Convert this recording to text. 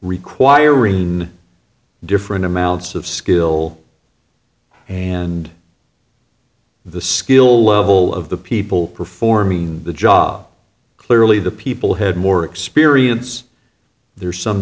requiring in different amounts of skill and the skill level of the people performing the job clearly the people had more experience there's some